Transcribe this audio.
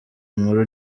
nkuru